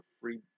free